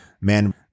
man